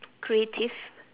creative